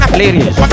ladies